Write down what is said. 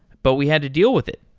but we had to deal with it.